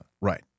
Right